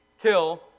kill